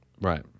Right